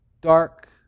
dark